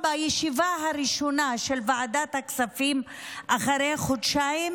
בישיבה הראשונה של ועדת הכספים אחרי חודשיים,